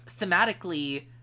thematically